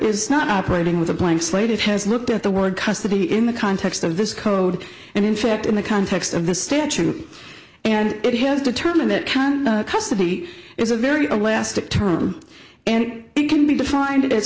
is not operating with a blank slate it has looked at the word custody in the context of this code and in fact in the context of this statute and it has determined that custody is a very elastic term and it can be defined as